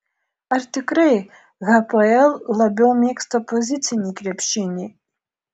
ar tikrai hapoel labiau mėgsta pozicinį krepšinį